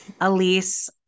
Elise